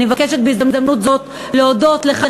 אני מבקשת בהזדמנות זאת להודות לך,